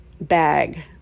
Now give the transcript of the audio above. bag